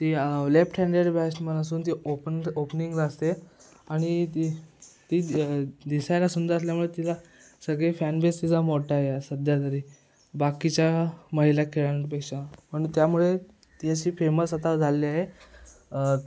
ती left handed batsman असून ती ओपन ओपनिंगला असते आणि ती ती दिसायला सुंदर असल्यामुळे तिला सगळे फॅनबेस तिचा मोठा आहे सध्या तरी बाकीच्या महिला खेळाडूंपेक्षा म्हणून त्यामुळे ती अशी फेमस आता झालेली आहे